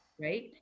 right